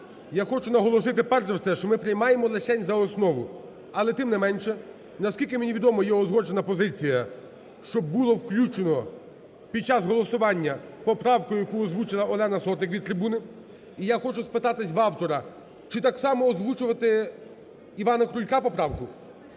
Я хочу наголосити перш за все, що ми приймаємо лишень за основу. Але, тим не менше, на скільки мені відомо, є узгоджена позиція, щоб було включено під час голосування поправку, яку озвучила Олена Сотник від трибуни. І я хочу спитатись в автора, чи так само озвучувати Івана Крулька поправку?